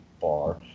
bar